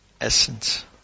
essence